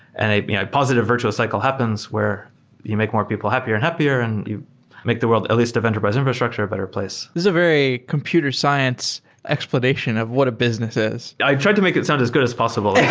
and a you know positive virtual cycle happens where you make more people happier and happier and you make the world, at least of enterprise infrastructure a better place. this is a very computer science explanation of what a business if. i tried to make it sound as good as possible.